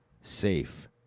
safe